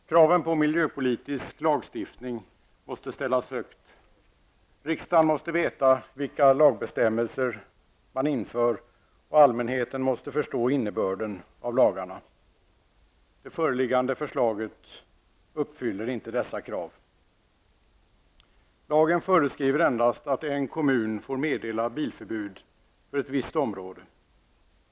Herr talman! Kraven på miljöpolitisk lagstiftning måste ställas högt. Riksdagen måste veta vilka lagbestämmelser som man inför, och allmänheten måste förstå innebörden av lagarna. Det föreliggande förslaget uppfyller inte dessa krav. Lagen föreskriver endast att en kommun får meddela bilförbud för visst område.